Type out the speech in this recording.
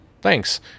thanks